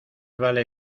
vale